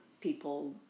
people